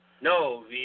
No